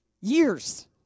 Years